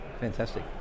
fantastic